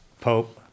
Pope